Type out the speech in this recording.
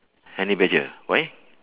honey badger why